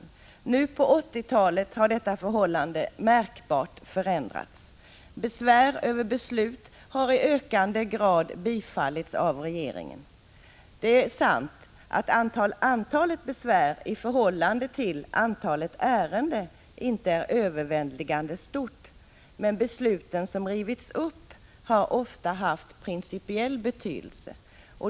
Nu på 1980-talet har detta förhållande märkbart förändrats, besvär över beslut har i högre grad bifallits av regeringen. Det är sant att antalet besvär i förhållande till antalet ärenden inte är överväldigande stort, men de beslut som rivits upp har ofta varit av principiell betydelse.